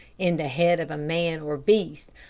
in the head of a man or beast,